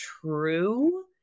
true